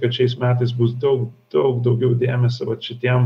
kad šiais metais bus daug daug daugiau dėmesio vat šitiem